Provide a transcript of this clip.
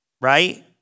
right